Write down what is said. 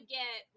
get